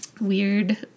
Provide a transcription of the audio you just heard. weird